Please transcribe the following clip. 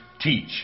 teach